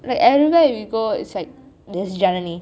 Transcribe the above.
like everywhere we go is like there's janani